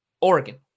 Oregon